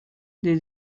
des